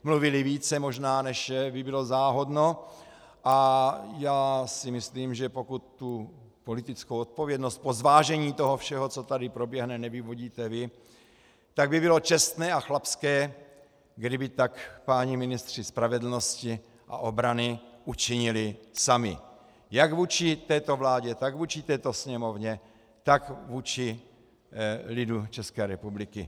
Mluvili více možná, než by bylo záhodno, a já si myslím, že pokud politickou odpovědnost po zvážení toho všeho, co tady proběhne, nevyvodíte vy, tak by bylo čestné a chlapské, kdyby tak páni ministři spravedlnosti a obrany učinili sami jak vůči této vládě, tak vůči této Sněmovně, tak vůči lidu České republiky.